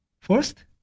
first